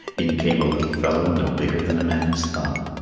in came a little fellow no bigger than a man's thumb.